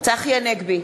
צחי הנגבי,